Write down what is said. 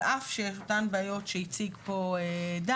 על אף שיש אותן בעיות שהציג פה דן,